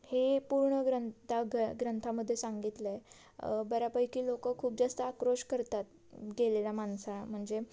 हे पूर्ण ग्रंता ग ग्रंथामध्ये सांगितलं आहे बऱ्यापैकी लोक खूप जास्त आक्रोष करतात गेलेल्या माणसा म्हणजे